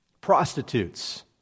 prostitutes